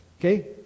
okay